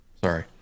Sorry